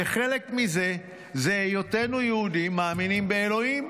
וחלק מזה זה היותנו יהודים מאמינים באלוהים.